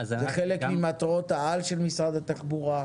זה חלק ממטרות העל של משרד התחבורה,